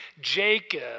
Jacob